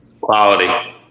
Quality